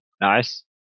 nice